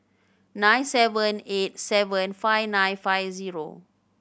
nine seven eight seven five nine five zero